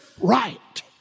right